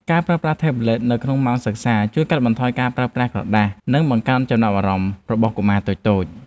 ការប្រើប្រាស់ថេប្លេតនៅក្នុងម៉ោងសិក្សាជួយកាត់បន្ថយការប្រើប្រាស់ក្រដាស និងបង្កើនចំណាប់អារម្មណ៍របស់កុមារតូចៗ។